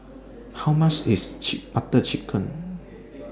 How much IS chick Butter Chicken